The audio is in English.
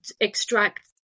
extract